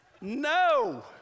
No